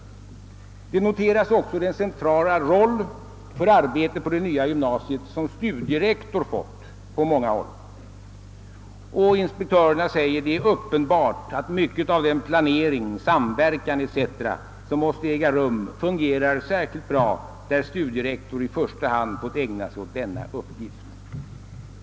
Vidare noterar man också den centrala roll för arbetet på det nya gymnasiet som studierektor fått på många håll. Det är uppenbart, heter det, att mycket av den planering, samverkan etc. som måste äga rum fungerar särskilt bra, där studierektor i första hand fått ägna sig åt denna uppgift.